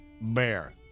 Bear